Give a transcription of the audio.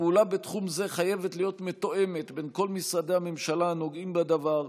הפעולה בתחום זה חייבת להיות מתואמת בין כל משרדי הממשלה הנוגעים בדבר,